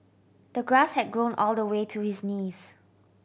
the grass had grown all the way to his knees